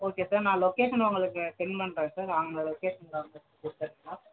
okay sir நான் location உங்களுக்கு send பண்ணுறேன் சார் அந்த லொக்கேஷன் தான் சார் கொடுத்துருங்க